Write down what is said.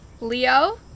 leo